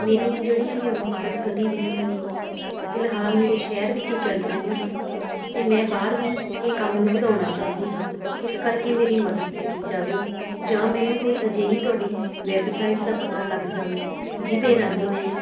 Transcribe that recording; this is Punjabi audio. ਮੇਰੀਆਂ ਜਿਹੜੀਆਂ ਵੀ ਵਪਾਰਕ ਗਤੀਵਿਧੀਆਂ ਨੇ ਫਿਲਹਾਲ ਮੇਰੇ ਸ਼ਹਿਰ ਵਿੱਚ ਹੀ ਚੱਲ ਰਹੀਆਂ ਹਨ ਅਤੇ ਮੈਂ ਬਾਹਰ ਵੀ ਇਹ ਕੰਮ ਨੂੰ ਵਧਾਉਣਾ ਚਾਹੁੰਦੀ ਹਾਂ ਇਸ ਕਰਕੇ ਮੇਰੀ ਮਦਦ ਕੀਤੀ ਜਾਵੇ ਜਾਂ ਮੈਨੂੰ ਕੋਈ ਅਜਿਹੀ ਤੁਹਾਡੀ ਵੈਬਸਾਈਟ ਦਾ ਪਤਾ ਲੱਗ ਜਾਵੇ ਜਿਹਦੇ ਰਾਹੀਂ ਮੈਂ